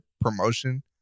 promotion